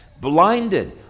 Blinded